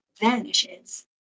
vanishes